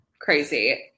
crazy